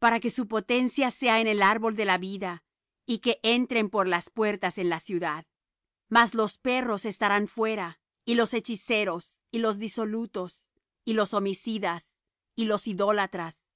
para que su potencia sea en el árbol de la vida y que entren por las puertas en la ciudad mas los perros estarán fuera y los hechiceros y los disolutos y los homicidas y los idólatras